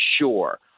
sure